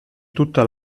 tutta